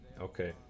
Okay